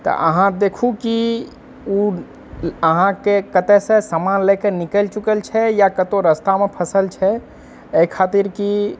तऽ अहाँ देखू कि ओ अहाँके कतऽसँ समान लए कऽ निकलि चुकल छै या कतहुँ रस्तामे फँसल छै अइ खातिर कि